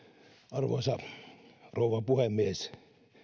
arvoisa rouva puhemies